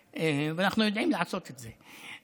ואנחנו יודעים לעשות את זה.